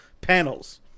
Panels